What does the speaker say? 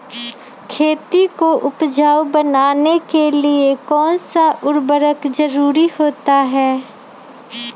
खेती को उपजाऊ बनाने के लिए कौन कौन सा उर्वरक जरुरत होता हैं?